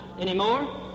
anymore